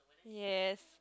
yes